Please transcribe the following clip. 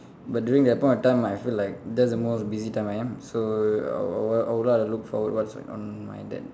but during that point of time I feel like that's the most busy time I am so I will I will I will like to look forward what's on my then